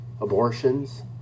abortions